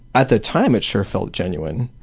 at the time it sure felt genuine,